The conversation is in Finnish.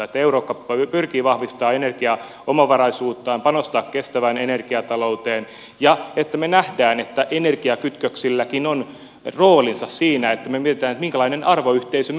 että eurooppa pyrkii vahvistamaan energiaomavaraisuuttaan panostaa kestävään energiatalouteen ja että me näemme että energiakytköksilläkin on roolinsa siinä että me mietimme minkälainen arvoyhteisö me olemme